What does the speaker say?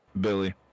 Billy